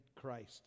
Christ